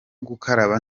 gukaraba